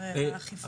ואכיפה.